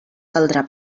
caldrà